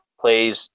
plays